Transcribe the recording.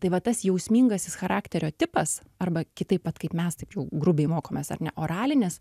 tai va tas jausmingasis charakterio tipas arba kitaip vat kaip mes taip jau grubiai mokomės ar ne oralinis